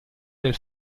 del